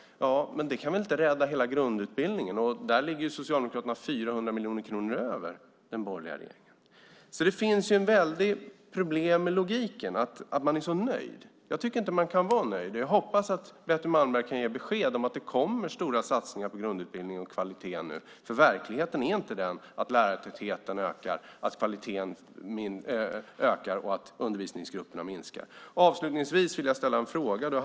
Ja, men det kan väl inte rädda hela grundutbildningen? Och där ligger Socialdemokraterna 400 miljoner kronor över den borgerliga regeringen. Det finns alltså väldiga problem med logiken i att man är så nöjd. Jag tycker inte att man kan vara nöjd. Jag hoppas att Betty Malmberg kan ge besked om att det nu kommer stora satsningar på grundutbildningen och kvaliteten, för verkligheten är inte den att lärartätheten ökar, att kvaliteten ökar och att undervisningsgrupperna minskar. Avslutningsvis vill jag ställa en fråga.